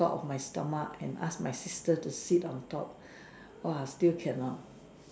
top of my stomach and ask my sister to sit on top !wow! still cannot